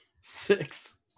Six